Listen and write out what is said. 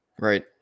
Right